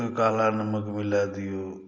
तऽ काला नमक मिला दियौ